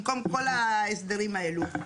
במקום כל ההסדרים האלה.